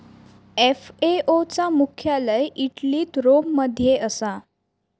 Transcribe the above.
FAO चा मुख्यालय इटलीत रोम मध्ये असा